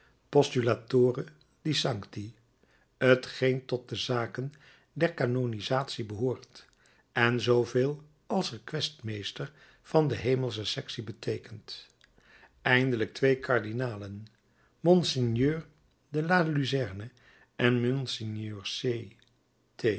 postulatore di sancti t geen tot de zaken der kanonisatie behoort en zooveel als rekwestmeester van de hemelsche sectie beteekent eindelijk twee kardinalen mgr de la luzerne en